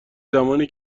زمانی